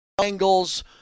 angles